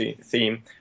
theme